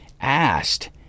asked